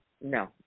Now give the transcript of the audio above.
no